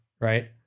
right